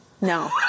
No